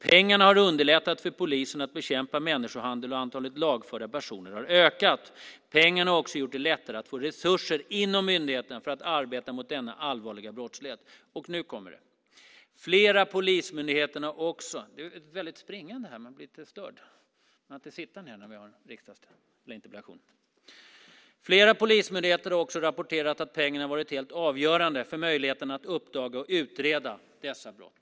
Pengarna har underlättat för polisen att bekämpa människohandeln och antalet lagförda personer har ökat. Pengarna har också gjort det lättare att få resurser inom myndigheterna för att arbeta mot denna allvarliga brottslighet." Här kommer det: "Flera polismyndigheter har också rapporterat att pengarna varit helt avgörande för möjligheten att uppdaga och utreda dessa brott."